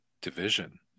division